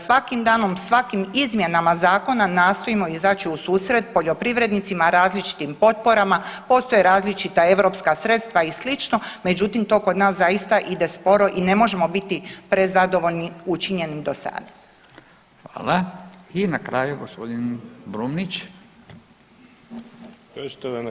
Svaki dan, svakim izmjenama zakona nastojimo izaći u susret poljoprivrednicima različitim potporama, postoje različita europska sredstva i slično, međutim to kod nas zaista ide sporo i ne možemo biti prezadovoljni učinjenim do sad.